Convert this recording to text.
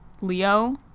Leo